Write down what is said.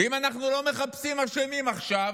ואם אנחנו לא מחפשים אשמים עכשיו,